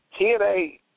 TNA